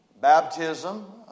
Baptism